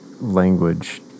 language